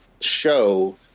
show